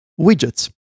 Widgets